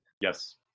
Yes